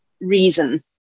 reason